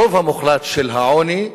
הרוב המוחלט של העוני,